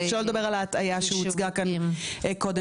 שלא לדבר על ההטעיה שהוצגה כאן קודם.